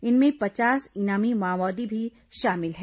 इनमें पचास इनामी माओवादी भी शामिल हैं